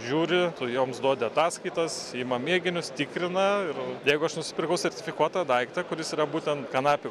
žiūri tu joms duodi ataskaitas ima mėginius tikrina ir jeigu aš nusipirkau sertifikuotą daiktą kuris yra būtent kanapių